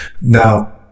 now